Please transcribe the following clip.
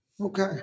Okay